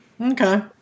Okay